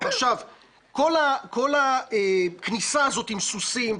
כל הכניסה הזאת עם סוסים,